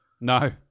no